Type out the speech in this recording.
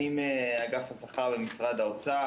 אני מאגף שכר במשרד האוצר,